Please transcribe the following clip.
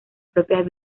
propias